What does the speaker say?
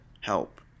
help